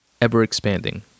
ever-expanding